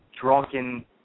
drunken